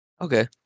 Okay